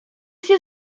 się